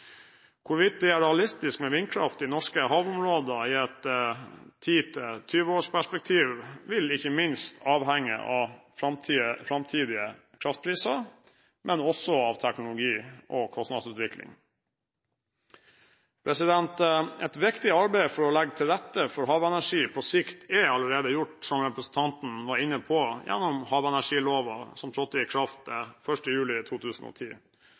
Hvorvidt det er realistisk med vindkraft i norske havområder i et ti til tjue års perspektiv, vil ikke minst avhenge av framtidige kraftpriser, men også av teknologi og kostnadsutvikling. Et viktig arbeid for å legge til rette for havenergi på sikt er allerede gjort, som representanten Hansson var inne på, gjennom havenergiloven, som trådte i kraft 1. juli 2010.